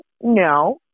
No